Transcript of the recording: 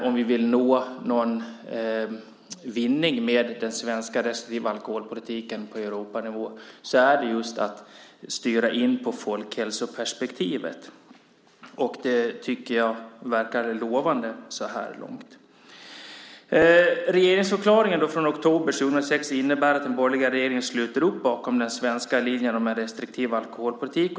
Om vi vill nå någon vinning med den svenska restriktiva alkoholpolitiken på Europanivå handlar det just om att styra in på folkhälsoperspektivet. Och det tycker jag verkar lovande så här långt. Regeringsförklaringen från oktober 2006 innebär att den borgerliga regeringen sluter upp bakom den svenska linjen om en restriktiv alkoholpolitik.